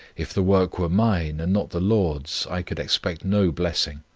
if the work were mine, and not the lord's, i could expect no blessing.